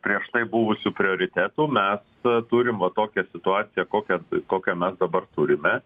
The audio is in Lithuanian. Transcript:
prieš tai buvusių prioritetų mes turim va tokią situaciją kokią kokią mes dabar turime